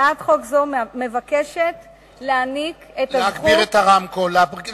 הצעת חוק זו מבקשת להעניק את הזכות להיעדר